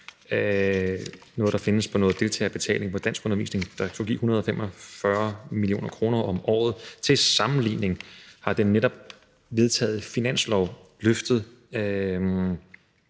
skulle findes via noget deltagerbetaling på danskundervisning, hvilket skulle give 145 mio. kr. om året. Til sammenligning har den netop vedtagne finanslov løftet